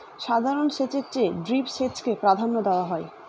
সাধারণ সেচের চেয়ে ড্রিপ সেচকে প্রাধান্য দেওয়া হয়